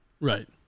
right